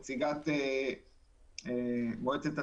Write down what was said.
נציגת מועצת התלמידים.